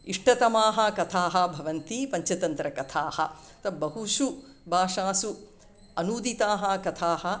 इष्टतमाः कथाः भवन्ति पञ्चतन्त्रकथाः तु बहुषु भाषासु अनुवादिताः कथाः